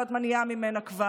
אני כבר